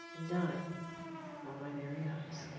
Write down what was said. and died before my very eyes.